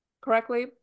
correctly